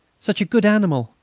such a good animal!